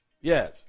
Yes